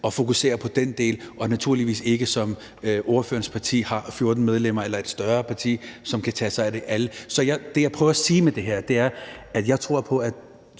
og fokuserer på den del og naturligvis ikke, som ordførerens parti med 14 medlemmer eller et større parti, kan tage sig af alt. Så det, jeg prøver at sige med det her, er, at jeg tror på, at